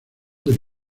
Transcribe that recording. del